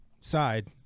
side